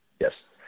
Yes